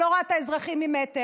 שלא רואה את האזרחים ממטר,